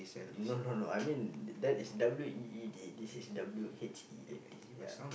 no no no I mean that is W E E D this is W H E A T ya